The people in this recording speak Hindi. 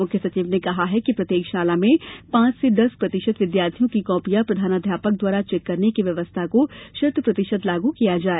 मुख्य सचिव ने कहा कि प्रत्येक शाला में पाँच से दस प्रतिशत विद्यार्थियों की कॉपियाँ प्रधानाध्यापक द्वारा चेक करने की व्यवस्था को शत प्रतिशत लागू किया जाए